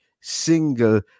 single